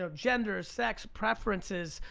ah gender, sex, preferences,